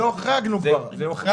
זה הוחרג